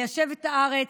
ליישב את הארץ,